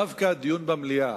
דווקא בדיון במליאה,